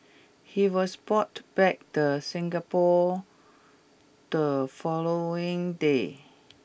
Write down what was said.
he was bought back the Singapore the following day